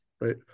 right